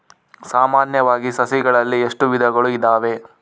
ಸಾಮಾನ್ಯವಾಗಿ ಸಸಿಗಳಲ್ಲಿ ಎಷ್ಟು ವಿಧಗಳು ಇದಾವೆ?